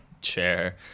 chair